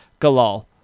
galal